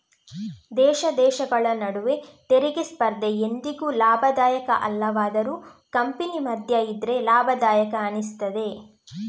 ದೇಶ ದೇಶಗಳ ನಡುವೆ ತೆರಿಗೆ ಸ್ಪರ್ಧೆ ಎಂದಿಗೂ ಲಾಭದಾಯಕ ಅಲ್ಲವಾದರೂ ಕಂಪನಿ ಮಧ್ಯ ಇದ್ರೆ ಲಾಭದಾಯಕ ಅನಿಸ್ತದೆ